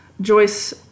Joyce